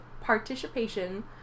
participation